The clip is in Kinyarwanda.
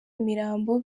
imirambo